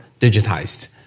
digitized